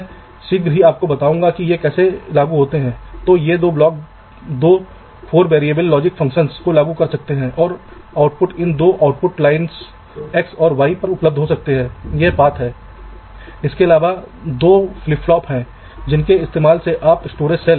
मान लीजिए कि मेरे पास इस तरह का एक और ब्लॉक है इसलिए मुझे यहां वीडीडी कनेक्शन की आवश्यकता है मुझे यहां एक ग्राउंड कनेक्शन की आवश्यकता है इसलिए मुझे यहां एक ग्राउंड कनेक्शन की भी आवश्यकता है